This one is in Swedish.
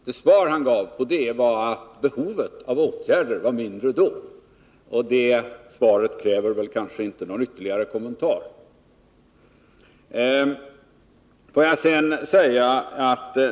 Det svar han gav var att behovet av åtgärder var mindre då, och det svaret kräver kanske inte någon ytterligare kommentar.